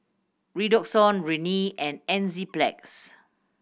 Redoxon Rene and Enzyplex